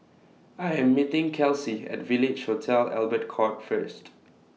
I Am meeting Kelcie At Village Hotel Albert Court First